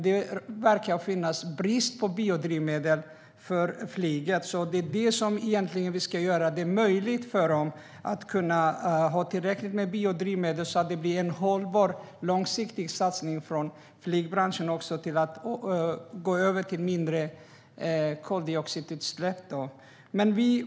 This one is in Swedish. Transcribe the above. Det verkar dock finnas en brist på biodrivmedel för flyget, så det är egentligen det vi ska göra möjligt för dem: att kunna ha tillräckligt med biodrivmedel så att det blir en hållbar, långsiktig satsning från flygbranschen att gå över till mindre koldioxidutsläpp.